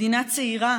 מדינה צעירה